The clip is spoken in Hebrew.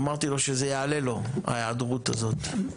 אמרתי לו שזה יעלה לו, ההיעדרות הזאת.